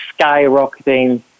skyrocketing